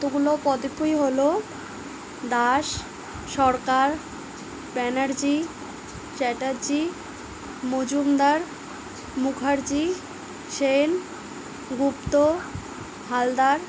কতগুলো পদবি হলো দাস সরকার ব্যানার্জি চ্যাটার্জি মজুমদার মুখার্জি সেন গুপ্ত হালদার